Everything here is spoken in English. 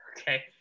okay